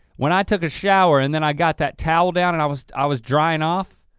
when i took a shower and then i got that towel down and i was i was drying off?